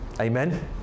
amen